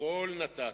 הכול נתתם.